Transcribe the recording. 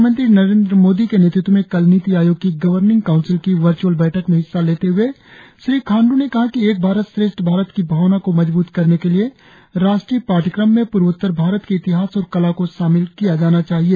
प्रधानमंत्री नरेंद्र मोदी के नेतृत्व में कल नीति आयोग की गवर्निंग काउंसिल की वर्च्अल बैठक में हिस्सा लेते हुए श्री खाण्डू ने कहा कि एक भारत श्रेष्ठ भारत की भावना को मजबूत करने के लिए राष्ट्रीय पाठ्यक्रम में पूर्वोत्तर भारत के इतिहास और कला को शामिल किया जाना चाहिए